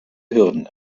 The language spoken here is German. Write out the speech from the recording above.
hürden